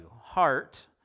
heart